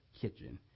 kitchen